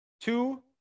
Two